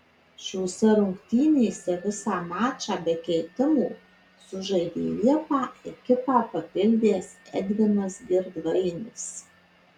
šiose rungtynėse visą mačą be keitimo sužaidė liepą ekipą papildęs edvinas girdvainis